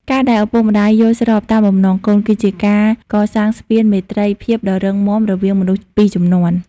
ការដែលឪពុកម្ដាយយល់ស្របតាមបំណងកូន គឺជាការកសាងស្ពានមេត្រីភាពដ៏រឹងមាំរវាងមនុស្សពីរជំនាន់។